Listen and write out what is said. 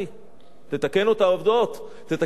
תתקן את העובדות, תתקן את העובדות, עוזי.